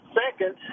second